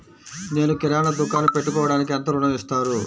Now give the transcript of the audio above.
నేను కిరాణా దుకాణం పెట్టుకోడానికి ఎంత ఋణం ఇస్తారు?